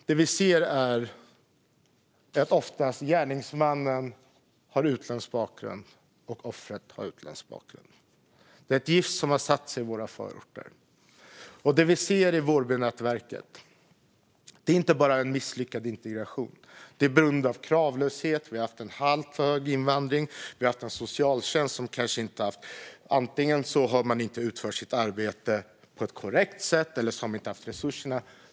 Det vi ser är att både gärningsman och offer ofta har utländsk bakgrund. Det är ett gift som har satt sig i våra förorter. Det vi ser i Vårbynätverket är inte bara en misslyckad integration. Det beror på kravlöshet och på att vi har haft en alltför hög invandring. Vi har haft en socialtjänst som antingen inte har utfört sitt arbete på ett korrekt sätt eller så har de inte haft resurserna.